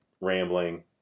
rambling